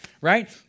right